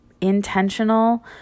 intentional